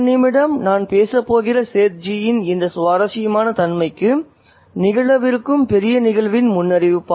ஒரு நிமிடம் நான் பேசப்போகிற சேத்ஜியின் இந்த சுவாரஸ்யமான தன்மைக்கு நிகழவிருக்கும் பெரிய நிகழ்வின் முன்னறிவிப்பு